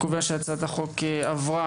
אני קובע שהצעת החוק עברה